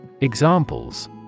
Examples